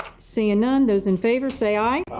seeing none those in favor say aye. aye.